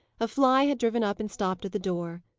a fly had driven up and stopped at the door.